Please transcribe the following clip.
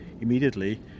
immediately